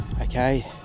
okay